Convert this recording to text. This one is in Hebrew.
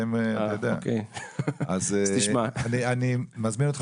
אז אני מזמין אותך,